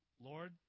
Lord